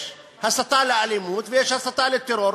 יש הסתה לאלימות ויש הסתה לטרור,